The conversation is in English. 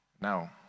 Now